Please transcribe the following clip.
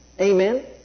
Amen